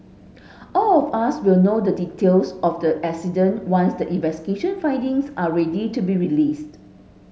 all of us will know the details of the accident once the investigation findings are ready to be released